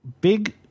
big